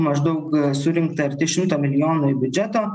maždaug surinkta arti šimto milijonų biudžeto